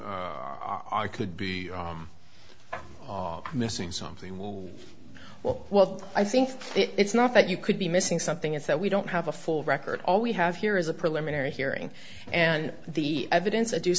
are could be missing something well well i think it's not that you could be missing something is that we don't have a full record all we have here is a preliminary hearing and the evidence